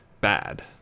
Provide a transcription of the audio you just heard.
bad